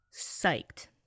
psyched